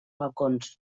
balcons